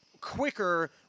quicker